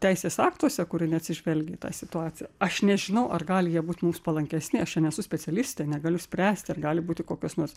teisės aktuose kuri neatsižvelgia į tą situaciją aš nežinau ar gali jie būt mums palankesni aš čia nesu specialistė negaliu spręsti ar gali būti kokios nors